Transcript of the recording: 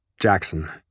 Jackson